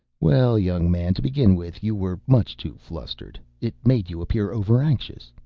well, young man, to begin with, you were much too flustered. it made you appear overanxious.